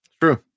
True